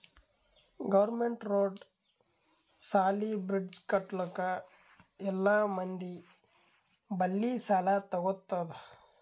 government road, ಸಾಲಿ, bridge ಕಟ್ಟಲುಕ್ ಎಲ್ಲಾ ಮಂದಿ ಬಲ್ಲಿ ಸಾಲಾ ತಗೊತ್ತುದ್